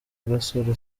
gasore